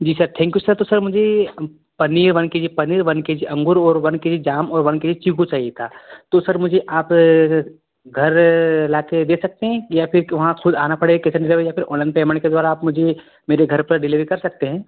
ji sir thank you sir तो sir मुझे पनीर वन के जी पनीर वन के जी अंगूर और वन के जी जाम और वन के जी चीकू चाहिए था तो सर मुझे आप घर लाकर दे सकते हैं या फिर के वहाँ खुद आना पड़े कितने देवे या फिर ऑनलाइन पेमेंट के द्वारा आप मुझे मेरे घर पर डिलीवरी कर सकते हैं